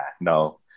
no